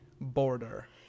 Border